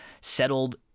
settled